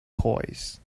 toys